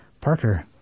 Parker